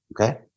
Okay